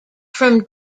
from